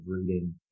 reading